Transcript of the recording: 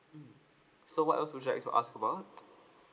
mm so what else would you like to ask about